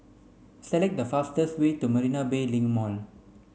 select the fastest way to Marina Bay Link Mall